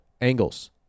angles